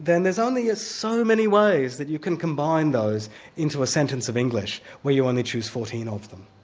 then there's only ah so many ways that you can combine those into a sentence of english where you only choose fourteen of them.